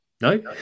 No